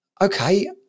okay